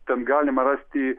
ten galima rasti